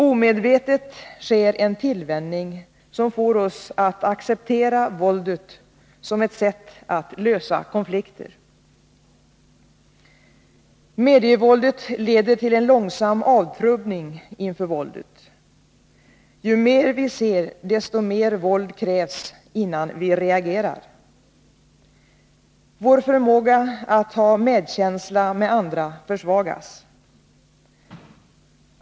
Omedvetet sker en tillvänjning som får oss att acceptera våldet som ett sätt att lösa konflikter. Medievåldet leder till en långsam avtrubbning inför våldet. Ju mer vi ser, desto mer våld krävs innan vi reagerar. Vår förmåga att ha medkänsla med andra försvagas.